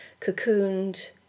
cocooned